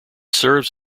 serves